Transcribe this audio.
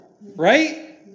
right